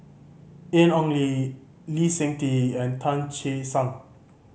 Ian Ong Li Lee Seng Tee and Tan Che Sang